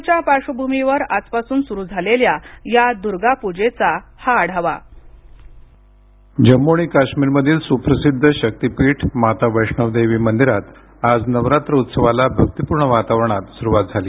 कोरोनाच्या पार्श्वभूमीवर आजपासून सुरु झालेल्या या दुर्गा पूजेचा हा आढावा ध्वनी जम्मू काश्मीरमधील सुप्रसिद्ध शक्तीपीठ माता वैष्णो देवी मंदिरात आज नवरात्र उत्सवाला भक्तीपूर्ण वातावरणात सुरुवात झाली